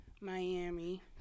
Miami